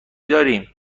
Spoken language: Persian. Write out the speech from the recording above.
داریم